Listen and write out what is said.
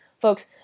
Folks